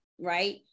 right